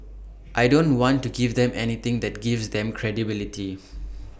I don't want to give them anything that gives them credibility